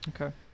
Okay